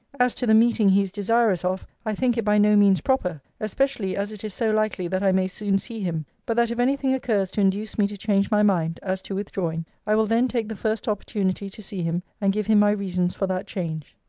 as to the meeting he is desirous of, i think it by no means proper especially as it is so likely that i may soon see him but that if any thing occurs to induce me to change my mind, as to withdrawing, i will then take the first opportunity to see him, and give him my reasons for that change.